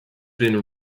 been